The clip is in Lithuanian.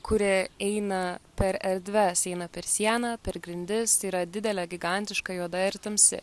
kuri eina per erdves eina per sieną per grindis yra didelė gigantiška juoda ir tamsi